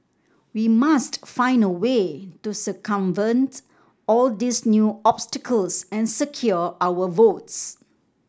we must find a way to circumvent all these new obstacles and secure our votes